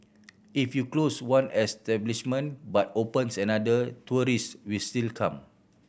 if you close one establishment but opens another tourist will still come